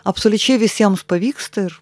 absoliučiai visiems pavyksta ir